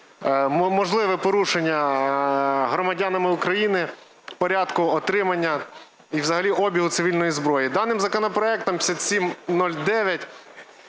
можливе порушення, громадянами України порядку отримання і взагалі обігу цивільної зброї. Даним законопроектом 5709